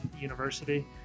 University